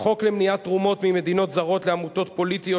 החוק למניעת תרומות ממדינות זרות לעמותות פוליטיות